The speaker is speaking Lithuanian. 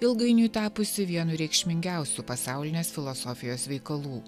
ilgainiui tapusį vienu reikšmingiausių pasaulinės filosofijos veikalų